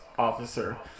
Officer